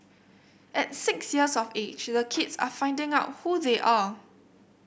at six years of age the kids are finding out who they are